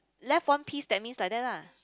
left one piece that's mean like that lah